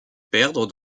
perdre